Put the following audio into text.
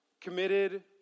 committed